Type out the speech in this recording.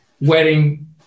wedding